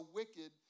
wicked